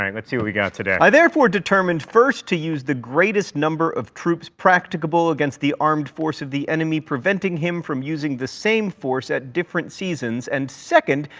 let's see what we've got today. i therefore determined, first, to use the greatest number of troops practicable against the armed force of the enemy, preventing him from using the same force at different seasons and second,